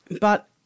But-